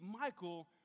Michael